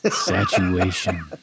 Saturation